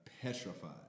petrified